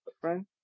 friend